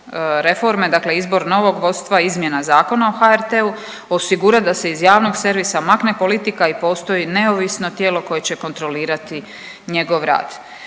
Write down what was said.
Dakle, izbor novog vodstva, izmjena Zakona o HRT-u, osigurati da se iz javnog servisa makne politika i postoji neovisno tijelo koje će kontrolirati njegov rad.